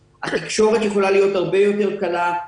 התקשורת יכולה להיות הרבה יותר קלה.